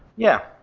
yeah,